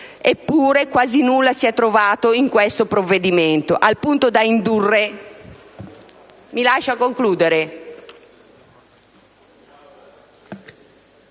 è che quasi nulla si è trovato in questo provvedimento,